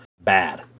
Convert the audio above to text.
bad